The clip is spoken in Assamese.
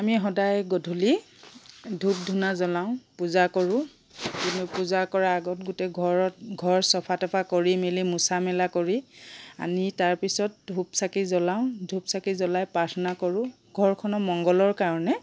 আমি সদাই গধূলী ধূপ ধূনা জলাওঁ পূজা কৰো কিন্তু পূজা কৰা আগত গোটেই ঘৰত ঘৰ চফা তফা কৰি মেলি মচা মেলা কৰি আনি তাৰপিছত ধূপ চাকি জলাওঁ ধূপ চাকি জলাই পাৰ্থনা কৰো ঘৰখনৰ মংগলৰ কাৰণে